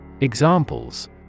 Examples